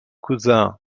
cousin